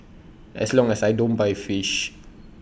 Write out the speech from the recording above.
as long as I don't buy fish